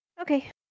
Okay